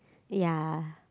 ya